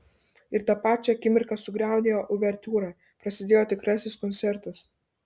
ir tą pačią akimirką sugriaudėjo uvertiūra prasidėjo tikrasis koncertas